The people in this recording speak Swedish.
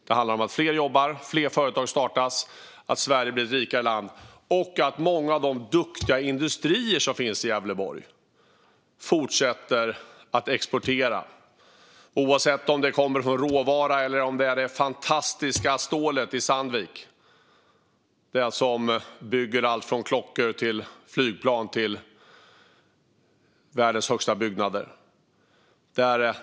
Det handlar om att fler jobbar, att fler företag startas, att Sverige blir ett rikare land och att många av de duktiga industrier som finns i Gävleborg fortsätter att exportera oavsett om det är sådant som kommer från råvara eller om det är det fantastiska stålet i Sandvik, det som bygger allt från klockor till flygplan och till världens högsta byggnader.